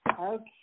okay